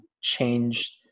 changed